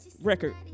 record